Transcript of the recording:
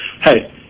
hey